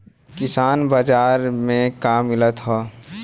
किसान बाजार मे का मिलत हव?